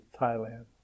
Thailand